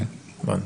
טוב.